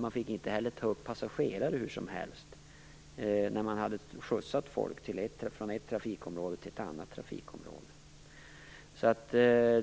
Man fick inte heller ta upp passagerare hur som helst när man hade skjutsat folk från ett trafikområde till ett annat. Avregleringen